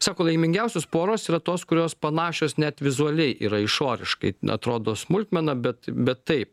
sako laimingiausios poros yra tos kurios panašios net vizualiai yra išoriškai n atrodo smulkmena bet bet taip